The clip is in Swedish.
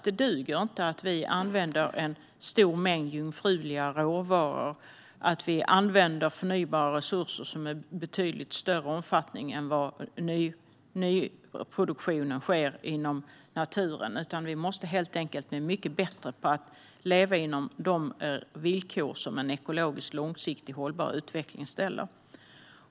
Det duger inte att vi använder en stor mängd jungfruliga råvaror och förnybara resurser i betydligt större omfattning än vad nyproduktion kan ske i naturen, utan vi måste helt enkelt bli mycket bättre på att leva inom de villkor som en långsiktig och ekologiskt hållbar utveckling ställer.